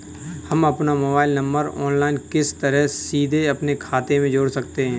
हम अपना mobile number online किस तरह सीधे अपने खाते में जोड़ सकते हैं?